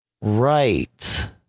Right